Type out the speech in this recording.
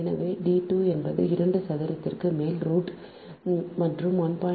எனவே d 2 என்பது 2 சதுரத்திற்கு மேல் ரூட் மற்றும் 1